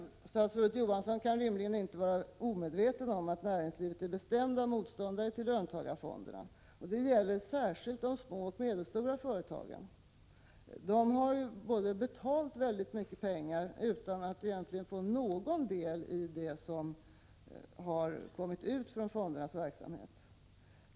Statsrådet Johansson kan rimligen inte vara omedveten om att man från näringslivets sida är bestämd motståndare till löntagarfonderna. Det gäller särskilt de små och medelstora företagen. De har både betalat väldigt mycket och inte egentligen fått någon del av det som kommit ut från fondernas verksamhet.